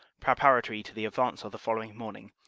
preparatory to the advance of the following morning,